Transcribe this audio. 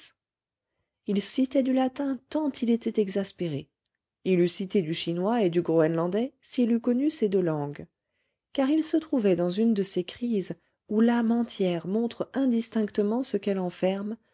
il citait du latin tant il était exaspéré il eût cité du chinois et du groenlandais s'il eût connu ces deux langues car il se trouvait dans une de ces crises où l'âme entière montre indistinctement ce qu'elle enferme